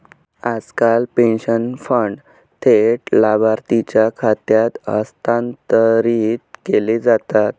आजकाल pension fund थेट लाभार्थीच्या खात्यात हस्तांतरित केले जातात